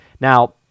Now